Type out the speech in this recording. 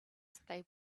they